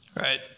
Right